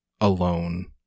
alone